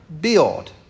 build